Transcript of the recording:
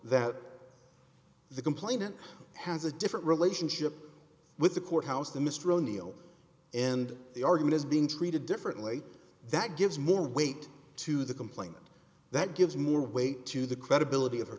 that the complainant has a different relationship with the courthouse to mr o'neill and the argument is being treated differently that gives more weight to the complainant that gives more weight to the credibility of